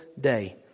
day